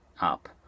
up